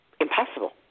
impossible